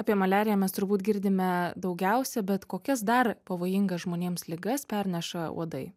apie maliariją mes turbūt girdime daugiausiai bet kokias dar pavojingas žmonėms ligas perneša uodai